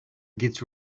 git